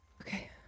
Okay